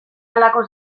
halako